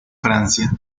francia